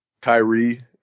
Kyrie